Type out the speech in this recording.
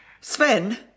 Sven